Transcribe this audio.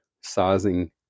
sizing